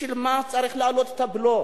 בשביל מה צריך להעלות את הבלו?